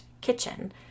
Kitchen